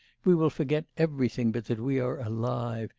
we will forget everything but that we are alive,